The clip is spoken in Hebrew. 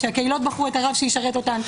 שהקהילות בחרו את הרב שישרת אותן.